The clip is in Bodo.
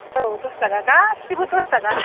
औ दस थाखा गासैबो दस थाखा